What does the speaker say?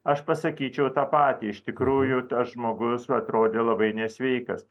aš pasakyčiau tą patį iš tikrųjų tas žmogus atrodė labai nesveikas